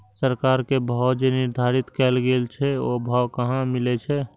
सरकार के भाव जे निर्धारित कायल गेल छै ओ भाव कहाँ मिले छै?